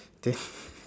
okay